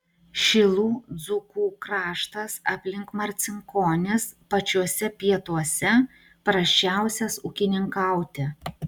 šilų dzūkų kraštas aplink marcinkonis pačiuose pietuose prasčiausias ūkininkauti